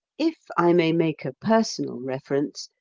if i may make a personal reference,